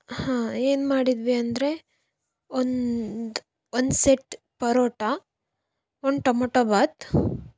ಹಾಂ ಏನು ಮಾಡಿದ್ವಿ ಅಂದರೆ ಒಂದು ಒನ್ ಸೆಟ್ ಪರೋಟ ಒಂದು ಟೊಮೊಟೋ ಭಾತ್